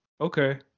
Okay